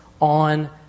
on